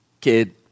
kid